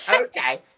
Okay